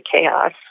chaos